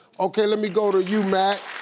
okay, let me go to you matt.